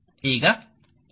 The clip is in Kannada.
ಈಗ 2